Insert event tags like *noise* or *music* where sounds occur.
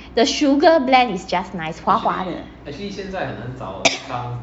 the sugar blend is just nice 滑滑的 *coughs*